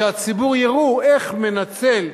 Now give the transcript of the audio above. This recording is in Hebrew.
שהציבור יראו איך מנצל,